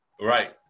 Right